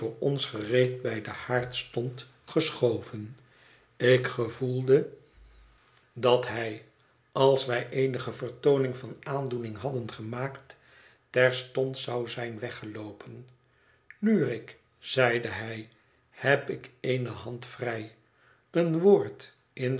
ons gereed bij den haard stond geschoven ik gevoelde dat hij als wij eenige vertooning van aandoening hadden gemaakt terstond zou zijn weggeloopen nu rick zeide hij heb ik eene hand vrij een woord in